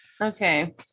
Okay